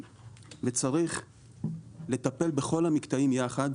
וצריך לטפל בכל המקטעים יחד,